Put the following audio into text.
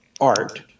art